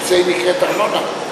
לכן היא נקראת ארנונה.